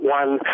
one